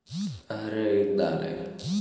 अरहर एक दाल है